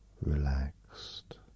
relaxed